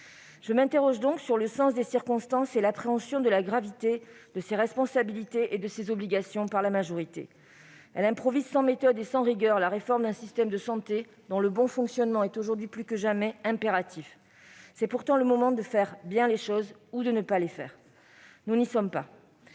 Je m'interroge donc sur le sens des circonstances et l'appréhension par la majorité de la gravité de ses responsabilités et de ses obligations. Elle improvise sans méthode et sans rigueur la réforme d'un système de santé dont le bon fonctionnement est aujourd'hui plus que jamais impératif. C'est pourtant le moment de bien faire les choses ou de ne pas les faire. Nous n'y sommes pas